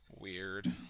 weird